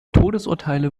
todesurteile